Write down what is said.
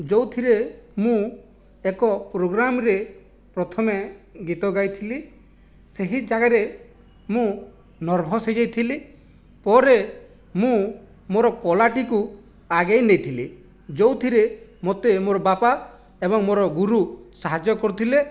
ଯେଉଁଥିରେ ମୁଁ ଏକ ପ୍ରୋଗ୍ରାମରେ ପ୍ରଥମେ ଗୀତ ଗାଇଥିଲି ସେହି ଜାଗାରେ ମୁଁ ନର୍ଭସ ହୋଇଯାଇଥିଲି ପରେ ମୁଁ ମୋର କଳା'ଟିକୁ ଆଗେଇ ନେଇଥିଲି ଯେଉଁଥିରେ ମୋତେ ମୋର ବାପା ଏବଂ ମୋର ଗୁରୁ ସାହାଯ୍ୟ କରିଥିଲେ